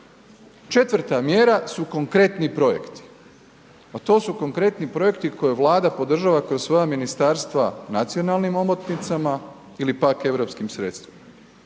Četvrta mjera su konkretni projekti, a to su konkretni projekti koje Vlada podržava kroz svoja ministarstva nacionalnim omotnicama ili pak europskim sredstvima